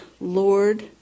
Lord